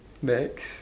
next